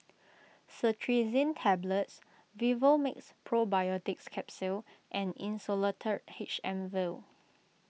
Cetirizine Tablets Vivomixx Probiotics Capsule and Insulatard H M Vial